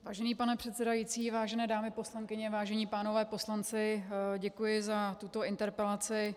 Vážený pane předsedající, vážené dámy poslankyně, vážení pánové poslanci, děkuji za tuto interpelaci.